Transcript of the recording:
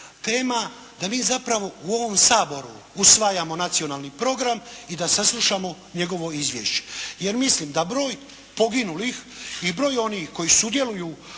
tema, da mi zapravo u ovom Saboru usvajamo nacionalni program i da saslušamo njegovo izvješće jer mislim da broj poginulih i broj onih koji sudjeluju